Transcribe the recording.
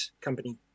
company